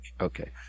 okay